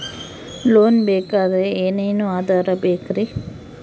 Loan ಬೇಕಾದ್ರೆ ಏನೇನು ಆಧಾರ ಬೇಕರಿ?